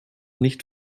nicht